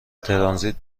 ترانزیت